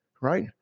right